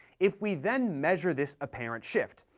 if we then measure this apparent shift,